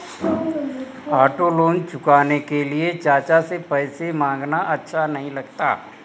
auto loan चुकाने के लिए चाचा से पैसे मांगना अच्छा नही लगता